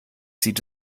sieht